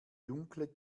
dunkle